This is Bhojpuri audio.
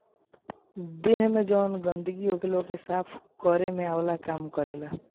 देहि में जवन गंदगी होला ओके साफ़ केरे में आंवला काम करेला